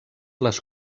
les